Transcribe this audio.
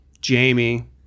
Jamie